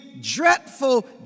dreadful